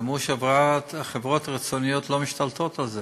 ואמרו שחברות חיצוניות לא משתלטות על זה.